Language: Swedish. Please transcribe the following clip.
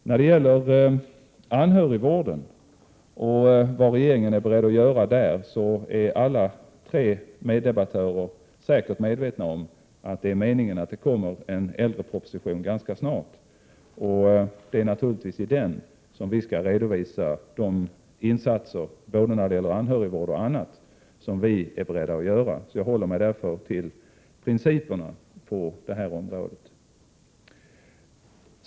I fråga om anhörigvården och vad regeringen är beredd att göra på det området är alla tre meddebattörerna säkert medvetna om att det är meningen att en äldreproposition skall komma ganska snart. Det är naturligtvis i den som vi skall redovisa de insatser i fråga om både anhörigvård och annat som vi är beredda att göra, och jag håller mig därför till principerna på det här området.